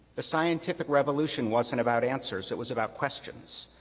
the scientific revolution wasn't about answers, it was about questions.